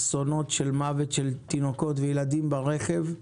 אסונות של מוות של תינוקות וילדים ברכב.